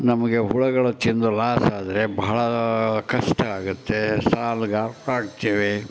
ನಮಗೆ ಹುಳುಗಳು ತಿಂದು ಲಾಸಾದರೆ ಭಾಳ ಕಷ್ಟ ಆಗುತ್ತೆ ಸಾಲಗಾರರಾಗ್ತೇವೆ